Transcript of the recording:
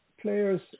players